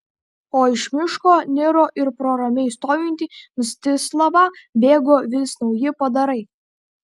o iš miško niro ir pro ramiai stovintį mstislavą bėgo vis nauji padarai